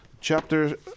chapter